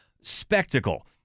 spectacle